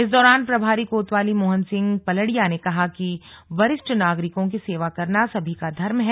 इस दौरान प्रभारी कोतवाली मोहन सिंह पलड़िया ने कहा कि वरिष्ठ नागरिकों की सेवा करना सभी का धर्म है